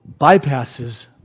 bypasses